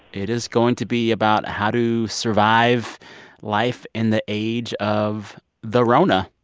it is going to be about how to survive life in the age of the rona.